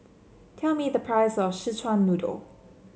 tell me the price of Szechuan Noodle